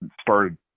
started